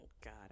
God